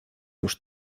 już